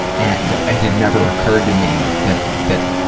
and it had never occurred to me that that